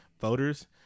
voters